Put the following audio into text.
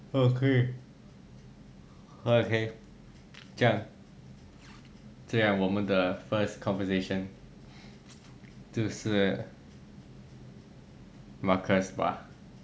okay okay 这样这样我们的 first conversation 就是 marcus bah